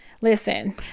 Listen